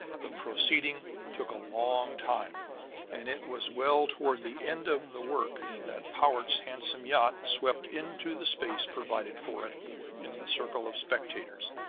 the proceeding took a long time and it was well toward the end of the work that powart's handsome yacht swept into the space provided for it in the circle of spectators.